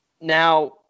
Now